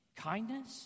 kindness